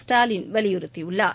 ஸ்டாலின் வலியுறுத்தியுள்ளார்